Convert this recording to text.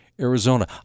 Arizona